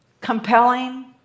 compelling